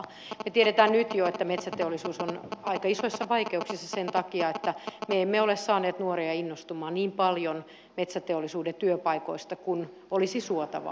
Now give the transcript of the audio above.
me tiedämme nyt jo että metsäteollisuus on aika isoissa vaikeuksissa sen takia että me emme ole saaneet nuoria innostumaan niin paljon metsäteollisuuden työpaikoista kuin olisi suotavaa